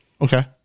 Okay